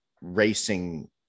racing